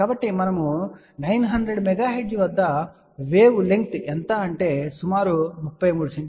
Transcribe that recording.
కాబట్టి మనము 900 MHz వద్ద వేవ్ లెంగ్త్ ఎంత అంటే సుమారు 33 సెం